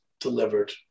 delivered